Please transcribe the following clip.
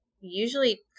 usually